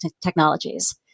technologies